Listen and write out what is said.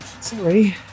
Sorry